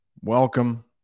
welcome